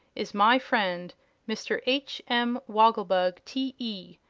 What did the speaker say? is my friend mr. h. m. woggle-bug, t. e,